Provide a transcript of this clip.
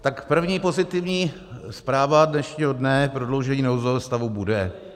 Tak první pozitivní zpráva dnešního dne prodloužení nouzového stavu bude.